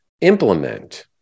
implement